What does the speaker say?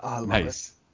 Nice